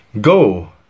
Go